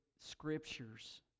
scriptures